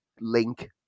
link